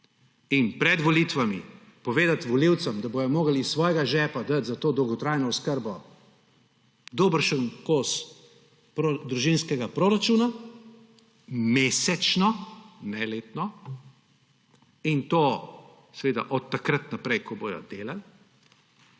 In pred volitvami povedati volivcem, da bojo morali iz svojega žepa dati za to dolgotrajno oskrbo dobršen kos družinskega proračuna mesečno, ne letno, in to seveda od takrat naprej, ko bodo delali,